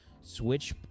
switch